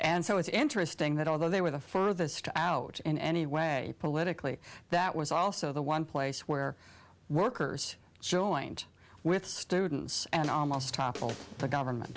and so it's interesting that although they were the furthest out in any way politically that was also the one place where workers joined with students and almost topple the government